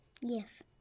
Yes